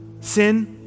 sin